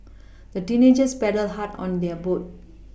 the teenagers paddled hard on their boat